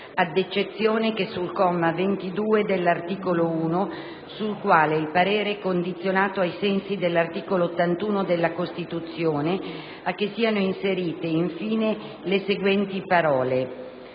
ad eccezione che sul comma 22 dell'articolo 1, sul quale il parere è condizionato ai sensi dell'articolo 81 della Costituzione, a che siano inserite infine le seguenti parole: